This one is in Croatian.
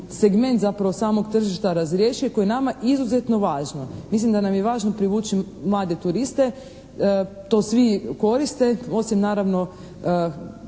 segment zapravo samog tržišta razriješi koje je nama izuzetno važno. Mislim da nam je važno privući mlade turiste, to svi koriste osim naravno